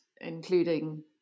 including